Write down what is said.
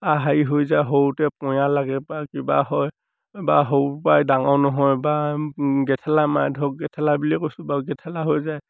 হেৰি হৈ যায় সৰুতে পঞা লাগে বা কিবা হয় বা সৰুৰপৰাই ডাঙৰ নহয় বা গেঠেলা মাৰে ধৰক গেঠেলা বুলিয়ে কৈছোঁ বাৰু গেঠেলা হৈ যায়